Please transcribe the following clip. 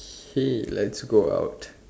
okay let's go out